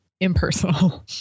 impersonal